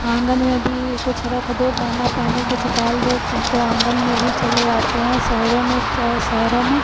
आँगन में भी कुछ रख दो दाना पानी कुछ डाल दो तो आँगन में भी चले आते हैं शहरों में स शहरों में